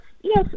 yes